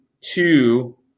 two